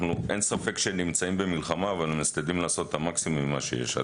אין ספק שאנחנו נמצאים במלחמה ומשתדלים לעשות את המקסימום עם מה שיש.